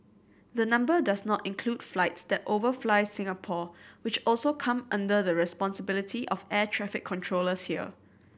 the number does not include flights that overfly Singapore which also come under the responsibility of air traffic controllers here